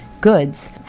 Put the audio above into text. goods